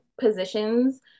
positions